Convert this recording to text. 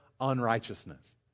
unrighteousness